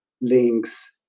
links